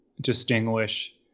distinguish